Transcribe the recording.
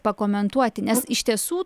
pakomentuoti nes iš tiesų